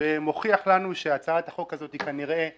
ומוכיח לנו שהצעת החוק הזו כנראה היא